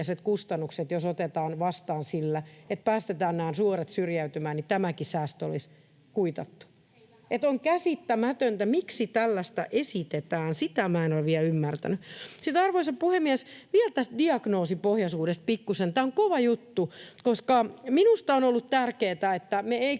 otetaan vastaan sillä, että kun päästetään nämä nuoret syrjäytymään, niin tämäkin säästö olisi kuitattu. On käsittämätöntä, miksi tällaista esitetään, sitä minä en ole vielä ymmärtänyt. Arvoisa puhemies! Vielä tästä diagnoosipohjaisuudesta pikkuisen. Tämä on kova juttu, koska minusta on ollut tärkeätä, että me ei